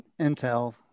intel